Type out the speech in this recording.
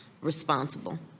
responsible